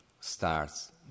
starts